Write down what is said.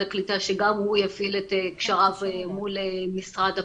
הקליטה שגם הוא יפעיל את קשריו מול משרד הפנים,